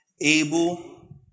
able